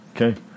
okay